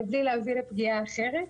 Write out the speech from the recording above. בלי להביא לפגיעה אחרת.